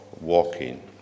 walking